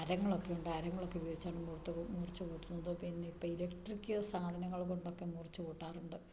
അരങ്ങളക്കെ ഉണ്ട് അരങ്ങളൊക്കെ ഉയോഗിച്ചാണ് മൂർത്ത് മൂർച്ച കൂട്ടുന്നത് പിന്നെ ഇപ്പം ഇലക്ട്രിക്ക് സാധനങ്ങൾ കൊണ്ടൊക്കെ മൂർച്ച കൂട്ടാറുണ്ട്